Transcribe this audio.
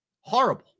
Horrible